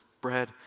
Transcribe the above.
bread